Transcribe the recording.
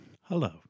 Hello